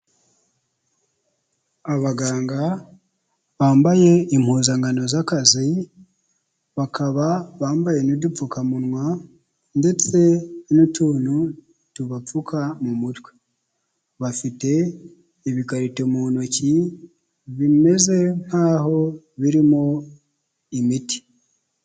Abaganga bambaye impuzankano z'akazi bakaba bambaye n'udupfukamunwa ndetse n'utuntu tubapfuka mu mutwe bafite ibikarito mu ntoki bimeze nk'aho birimo imiti.